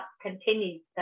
continues